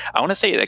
i want to say, like